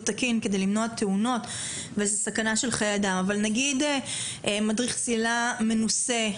תקין למניעת תאונות וזו סכנה של חיי אדם אבל נגיד מדריך צלילה מנוסה,